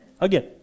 again